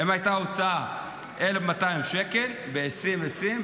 אם הייתה הוצאה של 1,200 שקל ב-2020,